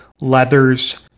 Leathers